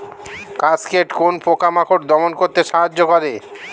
Cascade কোন পোকা মাকড় দমন করতে সাহায্য করে?